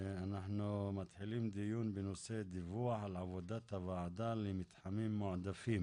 אנחנו מתחילים דיון בנושא: דווח על עבודת הוועדה למתחמים מועדפים